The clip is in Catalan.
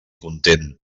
content